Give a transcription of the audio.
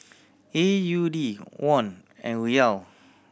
A U D Won and Riyal